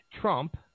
Trump